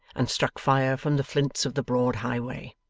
and struck fire from the flints of the broad highway.